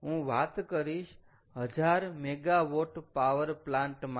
હું વાત કરીશ 1000 MW પાવર પ્લાન્ટ માટે